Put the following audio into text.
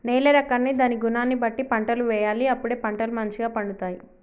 నేల రకాన్ని దాని గుణాన్ని బట్టి పంటలు వేయాలి అప్పుడే పంటలు మంచిగ పండుతాయి